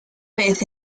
vez